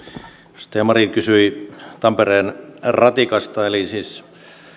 edustaja marin kysyi tampereen ratikasta